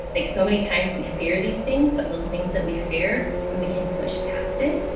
like so many times we fear these things, but those things that we fear when we can push past it,